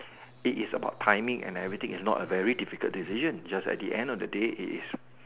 it is about timing and everything is not a very difficult decision just at the end of the day it is